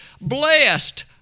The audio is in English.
Blessed